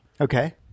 Okay